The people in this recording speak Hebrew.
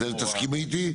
אוקיי זה כן בעברית.